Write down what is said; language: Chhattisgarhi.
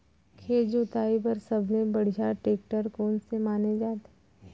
खेत जोताई बर सबले बढ़िया टेकटर कोन से माने जाथे?